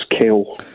Kill